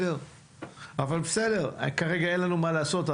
אבל בסדר כרגע אין לנו מה לעשות,